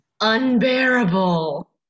unbearable